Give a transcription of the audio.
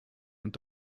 und